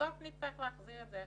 בסוף נצטרך להחזיר את זה איכשהו,